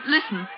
Listen